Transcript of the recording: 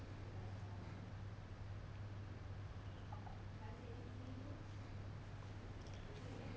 yeah